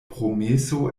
promeso